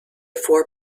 four